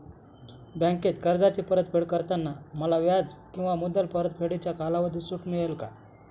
बँकेत कर्जाची परतफेड करताना मला व्याज किंवा मुद्दल परतफेडीच्या कालावधीत सूट मिळेल का?